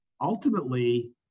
Ultimately